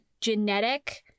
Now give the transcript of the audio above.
genetic